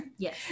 Yes